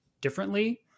differently